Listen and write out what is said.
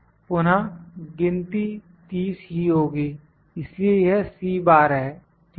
पुनः गिनती 30 ही होगी इसलिए यह है ठीक है